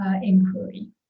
inquiry